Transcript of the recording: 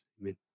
Amen